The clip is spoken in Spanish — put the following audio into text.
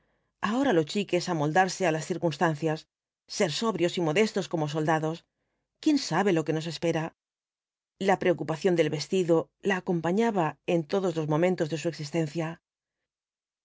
ahora lo chic es amoldarse á las circunstancias ser sobrios y modestos como soldados quién sabe lo que nos espera la preocupación del vestido la acompañaba en todos los momentos de su existencia